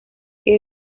que